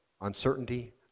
Uncertainty